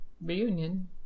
reunion